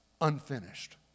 unfinished